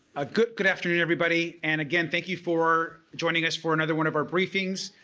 ah good good afternoon everybody and again thank you for joining us for another one of our briefings.